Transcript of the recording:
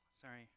sorry